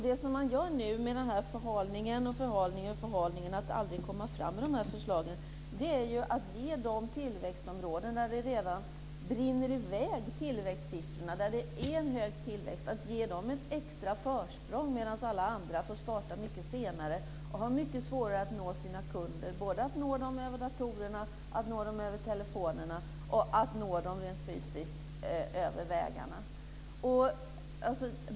Den här förhalningen där man aldrig kommer fram med de här förslagen innebär att man ger de tillväxtområden där tillväxtsiffrorna redan brinner i väg, där tillväxten redan är hög, ett extra försprång medan alla andra får starta mycket senare. De har mycket svårare att nå sina kunder över dator, över telefon och rent fysisk över vägarna.